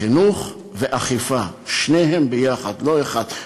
חינוך ואכיפה, שניהם ביחד, לא אחד.